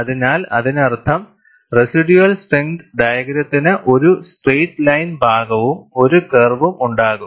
അതിനാൽ അതിനർത്ഥം residual strength ഡയഗ്രത്തിന് ഒരു സ്ട്രെയിറ്റ് ലൈൻ ഭാഗവും ഒരു കർവും ഉണ്ടാകും